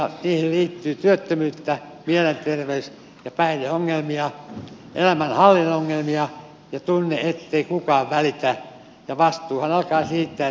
niihin liittyy työttömyyttä mielenterveys ja päihdeongelmia elämänhallinnan ongelmia ja tunne ettei kukaan välitä ja vastuuhan alkaa siitä että välitetään